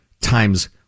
times